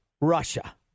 Russia